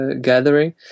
gathering